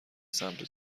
سمت